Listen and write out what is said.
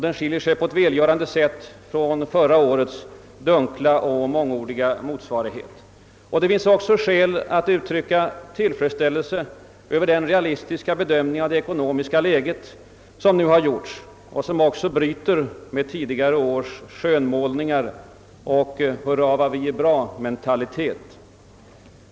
Den skiljer sig på ett välgörande sätt från förra årets dunkla och mångordiga motsvarighet. Det finns också skäl att uttrycka tillfredsställelse över den realistiska bedömning av det ekonomiska läget som nu har gjorts och som bryter med tidigare års skönmålningar och »hurra vad vi är bra»-mentalitet.